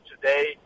today